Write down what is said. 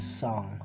song